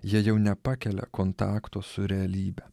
jie jau nepakelia kontakto su realybe